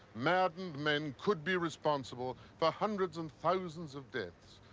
maddened men could be responsible for hundreds and thousands of deaths,